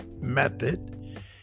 method